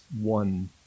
one